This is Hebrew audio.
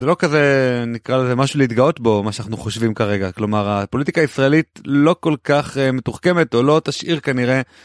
זה לא כזה, נקרא לזה, משהו להתגאות בו מה שאנחנו חושבים כרגע. כלומר הפוליטיקה הישראלית לא כל כך מתוחכמת, או לא תשאיר כנראה...